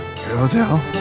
hotel